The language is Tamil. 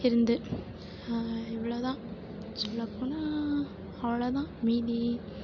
இருந்து இவ்வளோ தான் சொல்லப் போனால் அவ்வளோ தான் மீதி